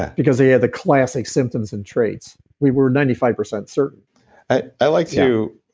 because they are the classic symptoms and traits. we were ninety five percent certain i i like to.